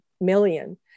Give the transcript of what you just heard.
million